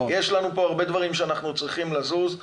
יש הרבה דברים שצריכים לזוז ולהתקדם.